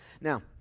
Now